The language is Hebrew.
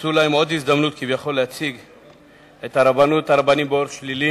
מצאו להם עוד הזדמנות כביכול להציג את הרבנות והרבנים באור שלילי,